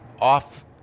off